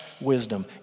wisdom